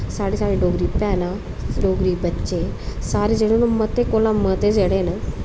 सारी साढ़ी डोगरी भैनां डोगरी बच्चे सारे जेह्ड़े न मते कोला मते जेह्ड़े न